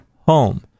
home